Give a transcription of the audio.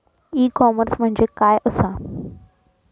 E commerce म्हणजे काय असा?